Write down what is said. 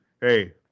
hey